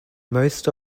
most